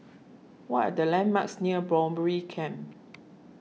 what are the landmarks near Camp